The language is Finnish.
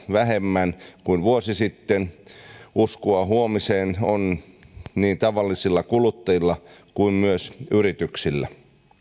vähemmän kuin vuosi sitten uskoa huomiseen on niin tavallisilla kuluttajilla kuin yrityksillä